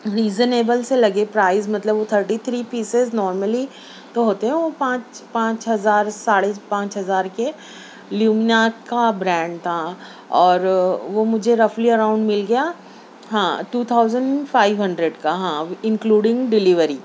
reasonable سے لگے price مطلب وہ تھرٹی تھری پیسز نورملی تو ہوتے ہیں وہ پانچ پانچ ہزار ساڑھے پانچ ہزار کے لیمنا کا برانڈ تھا اور وہ مجھے رفلی اراؤنڈ مل گیا ہاں ٹو تھاؤزنڈ پائو ہنڈریڈ کا ہاں انکلوڈنگ ڈلیوری